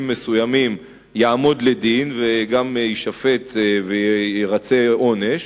מסוימים יעמוד לדין וגם יישפט וירצה עונש,